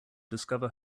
discover